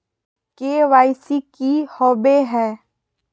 KYC की हॉबे हय?